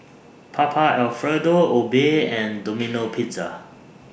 Papa Alfredo Obey and Domino Pizza